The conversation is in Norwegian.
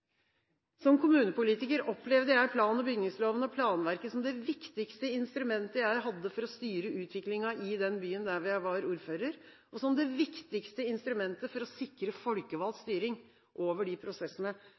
Som kommunepolitiker opplevde jeg plan- og bygningsloven og planverket som det viktigste instrumentet jeg hadde for å styre utviklingen i den byen der hvor jeg var ordfører, og som det viktigste instrumentet for å sikre folkevalgt